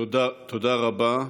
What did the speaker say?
תודה רבה.